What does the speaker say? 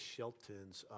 Shelton's